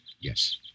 Yes